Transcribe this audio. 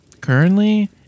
currently